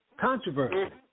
controversy